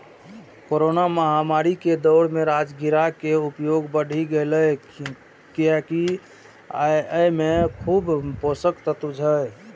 corona महामारी के दौर मे राजगिरा के उपयोग बढ़ि गैले, कियैकि अय मे खूब पोषक तत्व छै